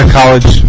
college